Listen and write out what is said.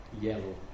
yellow